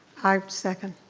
i second.